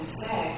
say